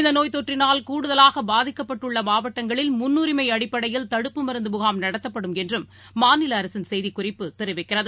இந்தநோய்த்தொற்றினால் கூடுதலாகபாதிக்கப்பட்டுள்ளமாவட்டங்களில் முன்னுரிமைஅடிப்படையில் தடுப்பு மருந்துமுகாம் நடத்தப்படும் என்றும் மாநிலஅரசின் செய்திக்குறிப்பு தெரிவிக்கிறது